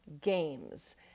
games